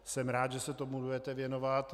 Jsem rád, že se tomu budete věnovat.